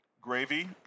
Gravy